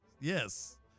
Yes